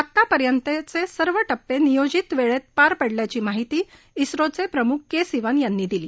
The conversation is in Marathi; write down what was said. आतापर्यंतचे सर्व टप्पे नियोजित वेळेत पार पडल्याची माहिती झोचे प्रमुख के सिवन यांनी दिली